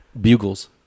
Bugles